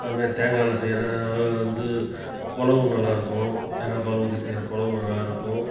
அது மாதிரி தேங்காவில செய்யறது வந்து புலவு நல்லாருக்கும் தேங்காப்பால் ஊற்றி செய்யற புலவு நல்லாருக்கும்